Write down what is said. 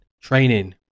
training